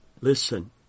listen